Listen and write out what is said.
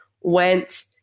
went